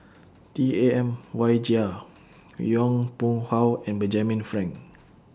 T A M Wai Jia Yong Pung How and Benjamin Frank